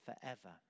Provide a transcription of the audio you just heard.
forever